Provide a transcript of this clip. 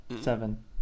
Seven